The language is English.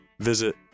Visit